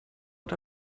und